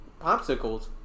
popsicles